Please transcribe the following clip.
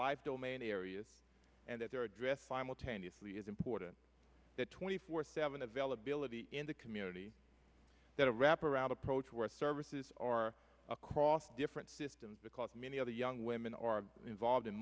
life domain areas and that there address final tenuously is important that twenty four seven availability in the community that wraparound approach to our services are across different systems because many other young women are involved in